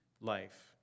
life